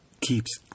keeps